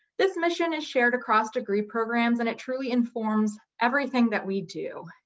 this mission is shared across degree programs and it truly informs everything that we do.